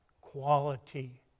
quality